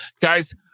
Guys